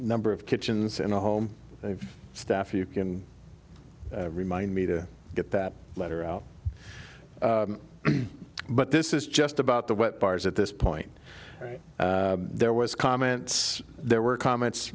number of kitchens and a home staff you can remind me to get that letter out but this is just about the wet bars at this point there was comments there were comments